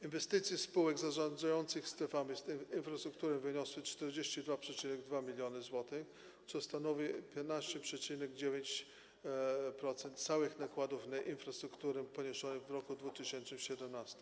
Inwestycje spółek zarządzających strefami w infrastrukturę wyniosły 42,2 mln zł, co stanowi 15,9% całych nakładów na infrastrukturę poniesionych w roku 2017.